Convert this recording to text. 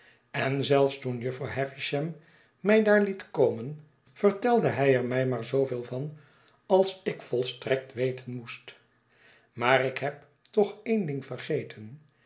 en zelfs toen jufvrouw havisham mij daar liet komen vertelde hij er mi maar zooveel van als ik volstrekt weten moest maar ik heb toch een ding vergeten